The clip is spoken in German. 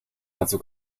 dazu